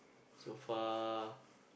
so far